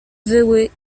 wyły